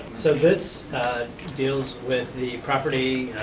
so this deals with the property.